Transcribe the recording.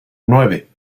nueve